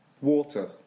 Water